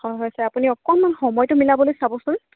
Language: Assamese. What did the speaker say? হয় হয় ছাৰ আপুনি অকণমান সময়টো মিলাবলৈ চাবচোন